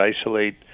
isolate